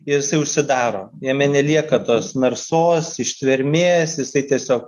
ir jisai užsidaro jame nelieka tos narsos ištvermės jisai tiesiog